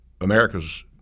America's